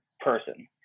person